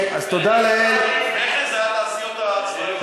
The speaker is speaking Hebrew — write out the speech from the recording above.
לפני כן זה היה התעשיות הצבאיות.